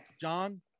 John